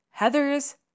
Heathers